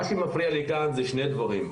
מה שמפריע לי כאן זה שני דברים.